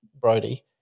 Brody